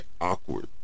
awkward